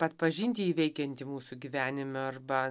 atpažinti jį veikiantį mūsų gyvenime arba